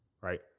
Right